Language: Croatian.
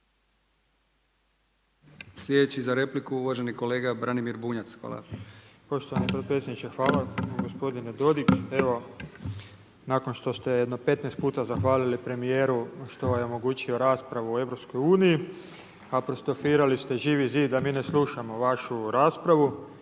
Sljedeći za repliku uvaženi kolega Branimir Bunjac, hvala. **Bunjac, Branimir (Živi zid)** Poštovani potpredsjedniče hvala. Gospodine Dodig evo nakon što ste jedno 15 puta zahvalili premijeru što je omogućio raspravu o EU apostrofirali ste Živi zid da mi ne slušamo vašu raspravu.